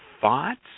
thoughts